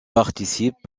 participe